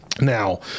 Now